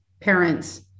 parents